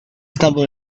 stumbled